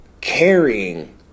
carrying